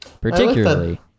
particularly